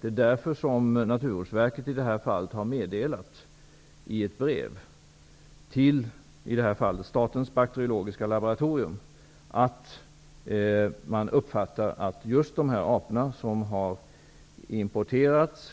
Det är därför som Naturvårdsverket i det här fallet i ett brev meddelat till Statens bakteriologiska laboratorium att man uppfattar att just dessa apor som har importerats